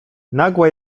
nagłe